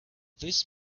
this